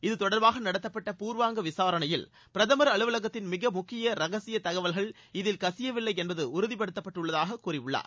இது தொடர்பாக நடத்தப்பட்ட பூர்வாங்க விசாரணையில் பிரதமர் அலுவலகத்தின் மிக முக்கிய ரகசிய தகவல்கள் இதில் கசியவில்லை என்பது உறுதிபடுத்தப்பட்டு உள்ளதாக அவர் கூறியுள்ளார்